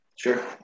Sure